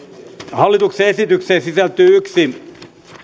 hallituksen esitykseen sisältyy yksi